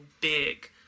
big